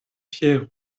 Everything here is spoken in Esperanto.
fieru